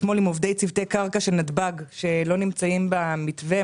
עובדי צוותי הקרקע של נתב"ג שלא נמצאים במתווה.